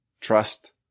trust